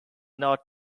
not